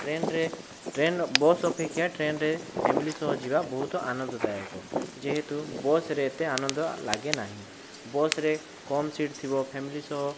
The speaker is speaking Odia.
ଟ୍ରେନରେ ଟ୍ରେନ ବସ୍ ଅପେକ୍ଷା ଟ୍ରେନରେ ଫେମିଲି ସହ ଯିବା ବହୁତ ଆନନ୍ଦଦାୟକ ଯେହେତୁ ବସରେ ଏତେ ଆନନ୍ଦ ଲାଗେନାହିଁ ବସରେ କମ ସିଟ୍ ଥିବ ଫେମିଲି ସହ